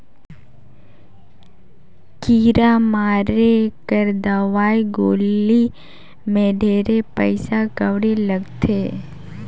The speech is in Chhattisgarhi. कीरा मारे कर दवई गोली मे ढेरे पइसा कउड़ी लगथे